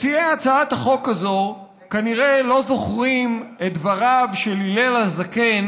מציעי הצעת החוק הזו כנראה לא זוכרים את דבריו של הלל הזקן,